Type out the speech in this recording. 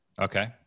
Okay